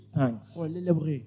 thanks